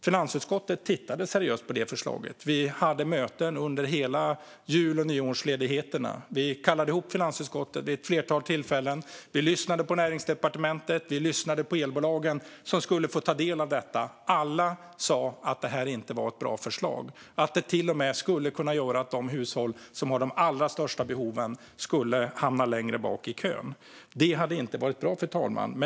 Finansutskottet tittade seriöst på det förslaget och kallade ihop finansutskottet vid ett flertal tillfällen under jul och nyårsledigheten. Vi lyssnade på Näringsdepartementet, och vi lyssnade på elbolagen som skulle få ta del av detta. Alla sa att det här inte var ett bra förslag och att det till och med skulle kunna göra att de hushåll som har de allra största behoven skulle hamna längre bak i kön. Det hade inte varit bra, fru talman.